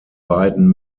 beiden